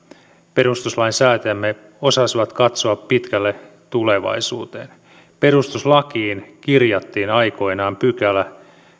perustuslainsäätäjämme osasivat katsoa pitkälle tulevaisuuteen perustuslakiin kirjattiin aikoinaan pykälä